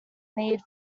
need